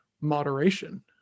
moderation